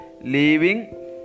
leaving